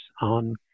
on